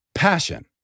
passion